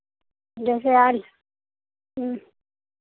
जैसे आज